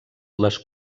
les